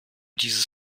dieses